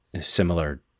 similar